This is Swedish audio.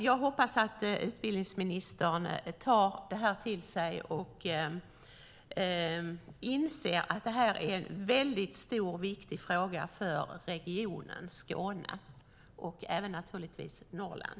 Jag hoppas att utbildningsministern tar till sig detta och inser att det här är en stor och viktig fråga för regionen Skåne och naturligtvis även för Norrland.